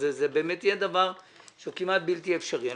זה באמת יהיה דבר שהוא כמעט בלתי אפשרי.